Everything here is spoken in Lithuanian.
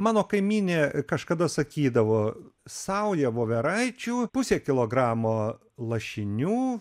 mano kaimynė kažkada sakydavo sauja voveraičių pusę kilogramo lašinių